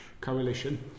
coalition